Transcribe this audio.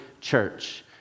church